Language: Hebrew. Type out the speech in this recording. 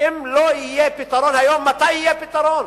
ואם לא יהיה פתרון היום, מתי יהיה פתרון?